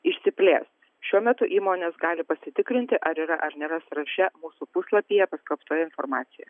išsiplės šiuo metu įmonės gali pasitikrinti ar yra ar nėra sąraše mūsų puslapyje paskelbtoje informacijoje